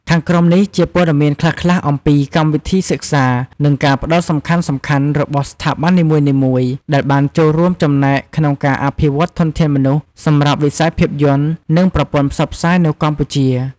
ខាងក្រោមនេះជាព័ត៌មានខ្លះៗអំពីកម្មវិធីសិក្សា និងការផ្ដោតសំខាន់ៗរបស់ស្ថាប័ននីមួយៗ ដែលបានចូលរួមចំណែកក្នុងការអភិវឌ្ឍធនធានមនុស្សសម្រាប់វិស័យភាពយន្ត និងប្រព័ន្ធផ្សព្វផ្សាយនៅកម្ពុជា។